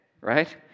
right